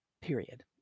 Period